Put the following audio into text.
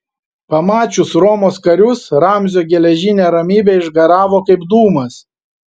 pamačius romos karius ramzio geležinė ramybė išgaravo kaip dūmas